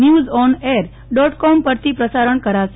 news on air dot com પરથી પ્રસારણ કરાશે